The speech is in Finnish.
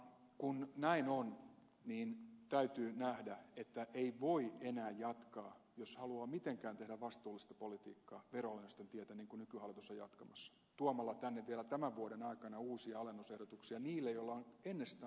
kun näin on niin täytyy nähdä että ei voi enää jatkaa jos haluaa mitenkään tehdä vastuullista politiikkaa veronalennusten tietä niin kuin nykyhallitus on jatkamassa tuomalla tänne vielä tämän vuoden aikana uusia alennusehdotuksia niille joilla on ennestään asiat hyvin